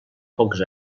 pocs